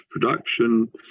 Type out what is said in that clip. production